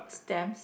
stamps